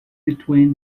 between